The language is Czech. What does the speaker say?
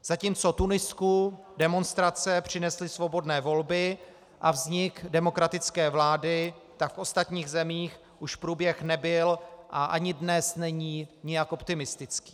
Zatímco Tunisku demonstrace přinesly svobodné volby a vznik demokratické vlády, tak v ostatních zemích už průběh nebyl a ani dnes není nijak optimistický.